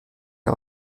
des